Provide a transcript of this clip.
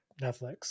Netflix